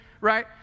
right